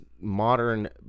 modern